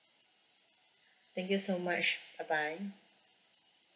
thank you so much bye bye